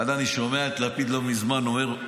ואז אני שומע את לפיד לא מזמן אומר: